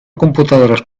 computadoras